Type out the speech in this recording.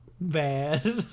bad